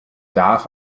darf